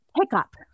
pickup